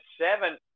seven